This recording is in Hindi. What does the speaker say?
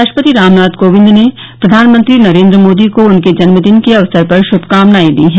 राष्ट्रपति रामनाथ कोविंद ने प्रधानमंत्री नरेंद्र मोदी को उनके जन्मदिन के अवसर पर श्मकामनाएं दी हैं